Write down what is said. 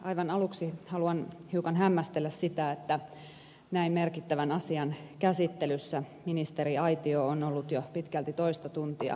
aivan aluksi haluan hiukan hämmästellä sitä että näin merkittävän asian käsittelyssä ministeriaitio on ollut jo pitkälti toista tuntia tyhjänä